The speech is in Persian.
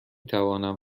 توانم